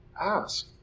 ask